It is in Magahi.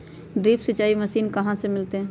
ड्रिप सिंचाई मशीन कहाँ से मिलतै?